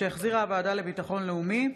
שהחזירה הוועדה לביטחון לאומי,